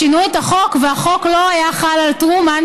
שינו את החוק והחוק לא חל על טרומן,